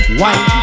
white